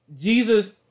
Jesus